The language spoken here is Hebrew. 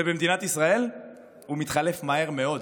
ובמדינת ישראל הוא מתחלף מהר מאוד.